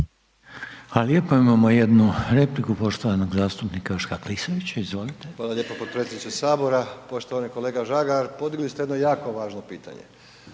Hvala lijepo. Imamo jednu repliku poštovanog zastupnika Joška Klisovića, izvolite. **Klisović, Joško (SDP)** Hvala lijepo potpredsjedniče HS. Poštovani kolega Žagar, podigli ste jedno jako važno pitanje,